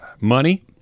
Money